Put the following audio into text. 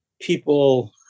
people